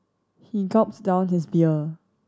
he gulps down his beer